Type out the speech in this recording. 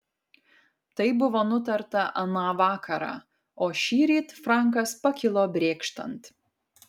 tai buvo nutarta aną vakarą o šįryt frankas pakilo brėkštant